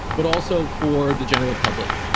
but also for the general public,